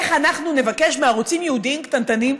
איך אנחנו נבקש מערוצים ייעודיים קטנטנים,